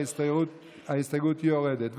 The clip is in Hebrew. וההסתייגות יורדת.